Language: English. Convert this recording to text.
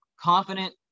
confident